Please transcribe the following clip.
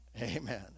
Amen